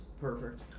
perfect